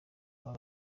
aba